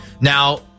Now